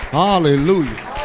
hallelujah